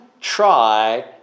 try